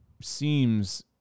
seems